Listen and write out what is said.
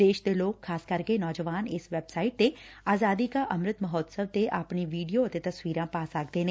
ਦੇਸ਼ ਦੇ ਲੋਕ ਖ਼ਾਸ ਕਰਕੇ ਨੌਜਵਾਨ ਇਸ ਵੈਬਸਾਈਟ ਤੇ ਆਜ਼ਾਦੀ ਕਾ ਅੰਮਿਤ ਮਹੋਤਸਵ ਤੇ ਆਪਣੀ ਵੀਡੀਓ ਅਤੇ ਤਸਵੀਰਾਂ ਪਾ ਸਕਦੇ ਨੇ